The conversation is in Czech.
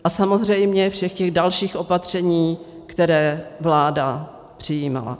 A samozřejmě všech dalších opatření, která vláda přijímala.